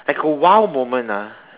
like a !wow! moment ah